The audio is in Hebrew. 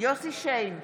יוסף שיין,